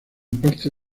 parte